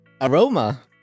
Aroma